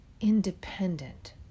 independent